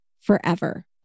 forever